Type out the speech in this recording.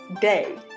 day